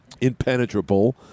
Impenetrable